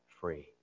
free